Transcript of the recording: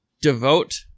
devote